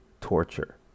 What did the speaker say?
torture